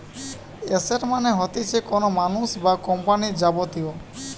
asset মানে হতিছে কোনো মানুষ বা কোম্পানির যাবতীয়